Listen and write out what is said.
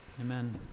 amen